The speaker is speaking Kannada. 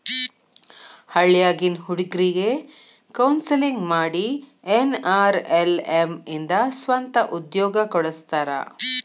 ಹಳ್ಳ್ಯಾಗಿನ್ ಹುಡುಗ್ರಿಗೆ ಕೋನ್ಸೆಲ್ಲಿಂಗ್ ಮಾಡಿ ಎನ್.ಆರ್.ಎಲ್.ಎಂ ಇಂದ ಸ್ವಂತ ಉದ್ಯೋಗ ಕೊಡಸ್ತಾರ